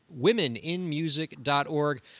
womeninmusic.org